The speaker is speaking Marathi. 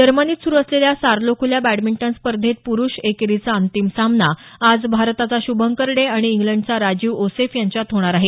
जर्मनीत सुरू असलेल्या सार्लो खुल्या बॅडमिंटन स्पर्धेत पुरुष एकेरीचा अंतिम सामना आज भारताचा श्भंकर डे आणि इंग्लंडचा राजीव ओसेफ यांच्यात होणार आहे